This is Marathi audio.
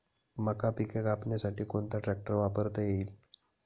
मका पिके कापण्यासाठी कोणता ट्रॅक्टर वापरता येईल?